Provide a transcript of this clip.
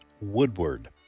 Woodward